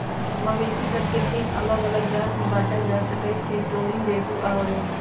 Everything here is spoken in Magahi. मवेशि सभके तीन अल्लग अल्लग जात में बांटल जा सकइ छै टोरिन, जेबू आऽ ओरोच